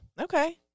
Okay